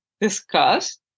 discussed